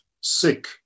sick